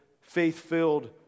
faith-filled